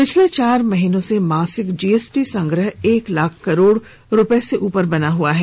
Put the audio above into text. पिछले चार महीने से मासिक जीएसटी संग्रह एक लाख करोड़ रूपये से ऊपर बना हुआ है